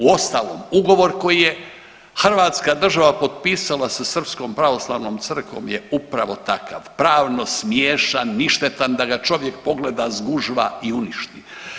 Uostalom ugovor koji je Hrvatska država potpisala sa srpskom pravoslavnom crkvom je upravo takav, pravno smiješan, ništetan da ga čovjek pogleda zgužva i uništi.